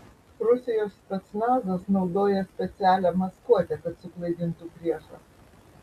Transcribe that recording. rusijos specnazas naudoja specialią maskuotę kad suklaidintų priešą